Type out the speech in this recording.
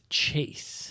chase